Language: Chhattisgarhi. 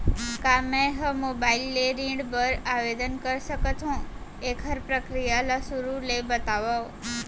का मैं ह मोबाइल ले ऋण बर आवेदन कर सकथो, एखर प्रक्रिया ला शुरुआत ले बतावव?